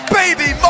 baby